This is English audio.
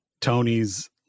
tony's